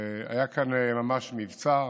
והיה כאן ממש מבצע.